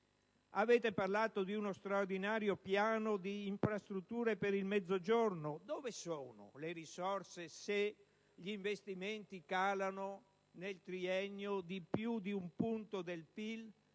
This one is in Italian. Avete parlato di uno straordinario piano di infrastrutture per il Mezzogiorno: dove sono le risorse se gli investimenti calano nel triennio di più di un punto del PIL,